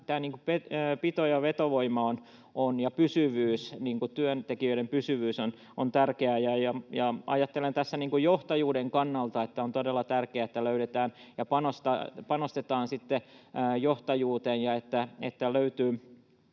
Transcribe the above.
pito- ja vetovoima ja työntekijöiden pysyvyys ovat tärkeitä. Ajattelen tässä johtajuuden kannalta, että on todella tärkeää, että panostetaan sitten johtajuuteen